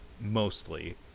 mostly